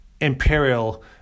imperial